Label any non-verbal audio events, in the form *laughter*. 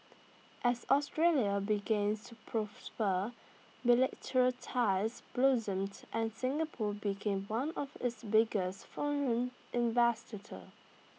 as Australia began to prosper bilateral ties blossomed and Singapore became one of its biggest foreign *unintelligible*